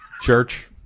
Church